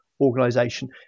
organization